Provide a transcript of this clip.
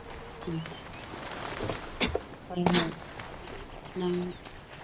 ꯎꯝ ꯍꯣꯏ ꯍꯣꯏ ꯅꯪ